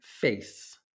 face